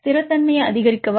ஸ்திரத்தன்மையை அதிகரிக்கவா